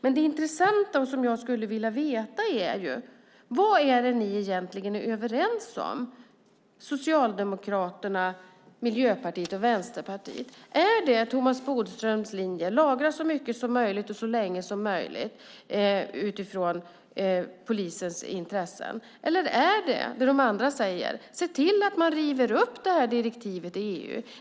Det vore intressant att få veta vad Socialdemokraterna, Miljöpartiet och Vänsterpartiet är överens om. Är det Thomas Bodströms linje att lagra så mycket som möjligt så länge som möjligt utifrån polisens intresse som gäller? Eller är det att riva upp direktivet i EU som de andra säger som gäller?